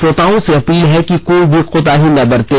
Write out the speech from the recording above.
श्रोताओं से अपील है कि कोई भी कोताही न बरतें